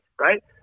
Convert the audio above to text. right